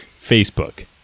facebook